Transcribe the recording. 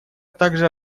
также